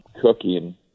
cooking